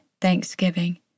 thanksgiving